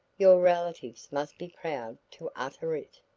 your relatives must be proud to utter it.